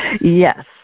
yes